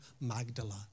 Magdala